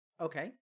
Okay